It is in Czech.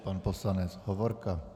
Pan poslanec Hovorka.